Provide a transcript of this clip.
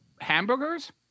hamburgers